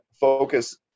focus